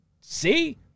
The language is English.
See